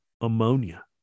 ammonia